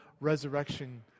resurrection